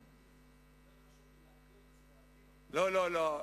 לא, לא.